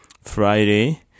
Friday